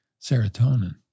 serotonin